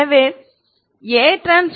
எனவே ATAA